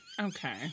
Okay